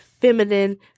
feminine